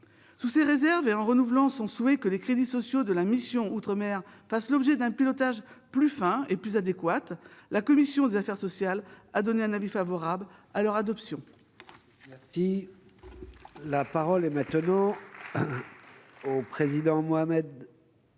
Sous ces réserves, et en renouvelant son souhait que les crédits sociaux fassent l'objet d'un pilotage plus fin et plus adéquat, la commission des affaires sociales a émis un avis favorable à l'adoption